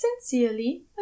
Sincerely